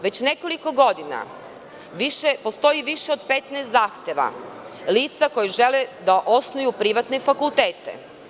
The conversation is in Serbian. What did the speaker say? Već nekoliko godina postoji više od 15 zahteva lica koji žele da osnuju privatne fakultete.